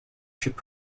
should